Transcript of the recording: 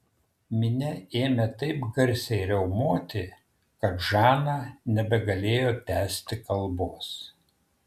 minia ėmė taip garsiai riaumoti kad žana nebegalėjo tęsti kalbos